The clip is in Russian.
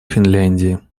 финляндии